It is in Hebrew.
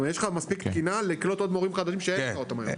יש לך מספיק תקינה לקלוט עוד מורים חדשים שאין לך אותם היום.